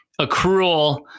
accrual